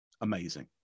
amazing